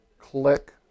Click